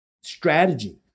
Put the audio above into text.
Strategy